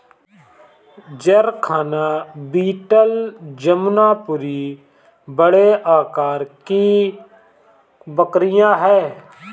जरखाना बीटल जमुनापारी बड़े आकार की बकरियाँ हैं